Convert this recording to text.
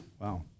wow